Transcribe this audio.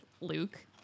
Luke